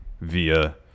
via